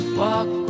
walk